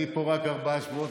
אני פה רק ארבעה שבועות,